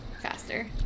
Faster